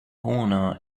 owner